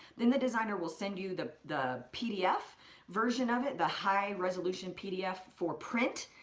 then the designer will send you the the pdf version of it, the high-resolution pdf for print,